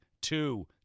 two